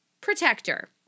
protector